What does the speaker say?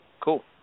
Cool